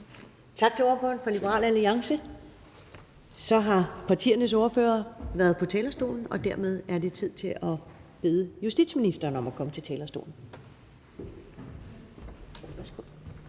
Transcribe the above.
Tak til ordføreren for Liberal Alliance. Så har partiernes ordførere været på talerstolen, og dermed er det tid til at bede justitsministeren om at komme til talerstolen.